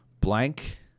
blank